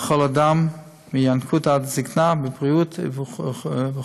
בכל אדם, מינקות ועד זקנה, בבריאות ובחולי,